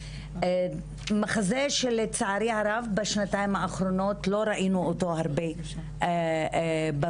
מחזה שלצערי הרב בשנתיים האחרונות לא ראינו אותו הרבה בוועדה.